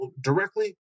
directly